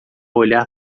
olhar